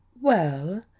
Well